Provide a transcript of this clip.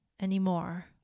anymore